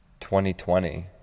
2020